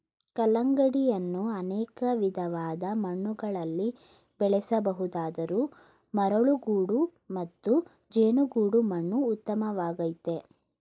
ಕಲ್ಲಂಗಡಿಯನ್ನು ಅನೇಕ ವಿಧವಾದ ಮಣ್ಣುಗಳಲ್ಲಿ ಬೆಳೆಸ ಬಹುದಾದರೂ ಮರಳುಗೋಡು ಮತ್ತು ಜೇಡಿಗೋಡು ಮಣ್ಣು ಉತ್ತಮವಾಗಯ್ತೆ